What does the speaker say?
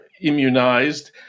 immunized